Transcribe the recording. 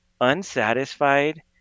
unsatisfied